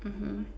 mmhmm